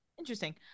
interesting